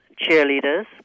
cheerleaders